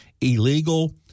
illegal